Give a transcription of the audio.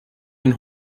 and